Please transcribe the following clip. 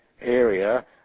area